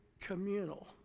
communal